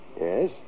Yes